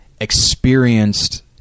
experienced